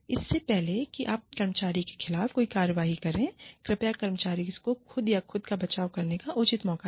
इससे पहले कि आप कर्मचारी के खिलाफ कोई कार्रवाई करें कृपया कर्मचारी को खुद या खुद का बचाव करने का उचित मौका दें